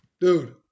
Dude